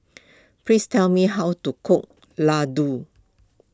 please tell me how to cook Laddu